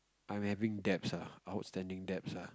I'm having debts ah outstanding debts ah